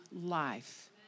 life